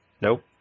Nope